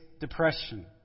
depression